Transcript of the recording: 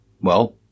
Well